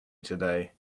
today